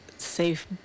safe